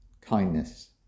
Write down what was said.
kindness